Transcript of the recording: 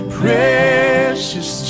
precious